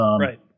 Right